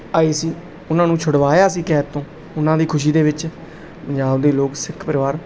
ਆਏ ਸੀ ਉਹਨਾਂ ਨੂੰ ਛੁਡਵਾਇਆ ਸੀ ਕੈਦ ਤੋਂ ਉਹਨਾਂ ਦੀ ਖੁਸ਼ੀ ਦੇ ਵਿੱਚ ਪੰਜਾਬ ਦੇ ਲੋਕ ਸਿੱਖ ਪਰਿਵਾਰ